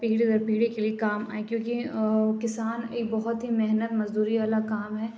پیڑھی در پیڑھی کے لیے کام آئیں کیوں کہ کسان ایک بہت ہی محنت مزدوری والا کام ہے